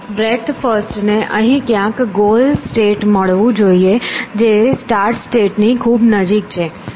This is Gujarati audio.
બ્રેડ્થ ફર્સ્ટ ને અહીં ક્યાંક ગોલ સ્ટેટ મળવું જોઈએ જે સ્ટાર્ટ સ્ટેટ ની ખૂબ નજીક છે